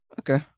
Okay